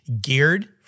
geared